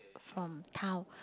from town